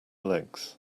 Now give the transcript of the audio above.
legs